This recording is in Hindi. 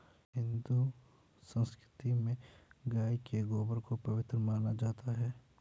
हिंदू संस्कृति में गाय के गोबर को पवित्र माना जाता है